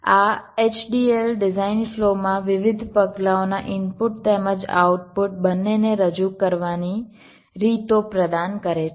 આ HDL design ફ્લોમાં વિવિધ પગલાંઓના ઇનપુટ તેમજ આઉટપુટ બંનેને રજૂ કરવાની રીતો પ્રદાન કરે છે